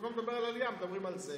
במקום לדבר על עלייה מדברים על זה